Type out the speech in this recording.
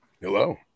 Hello